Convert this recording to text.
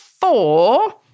four